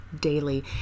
daily